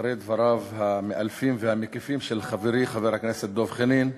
אחרי דבריו המאלפים והמקיפים של חברי חבר הכנסת דב חנין,